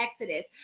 Exodus